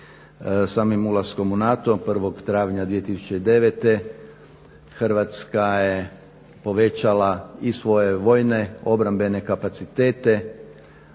Samim ulaskom u NATO 1. travnja 2009. Hrvatska je povećala i svoje vojne obrambene kapacitete,